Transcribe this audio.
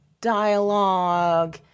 dialogue